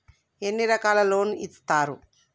ఎన్ని రకాల లోన్స్ ఇస్తరు?